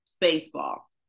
baseball